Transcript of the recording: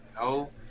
no